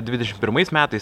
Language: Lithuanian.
dvidešimt pirmais metais